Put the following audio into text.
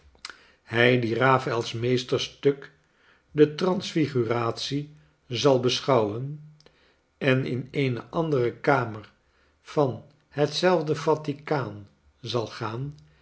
hij die raphael's meesterstuk de transfiguratie zal beschouwen en in eene andere kamer van hetzelfde vatikaan zal gaan